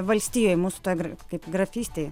valstijoj mūsų toj gr kaip grafystėj